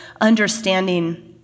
understanding